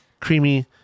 Creamy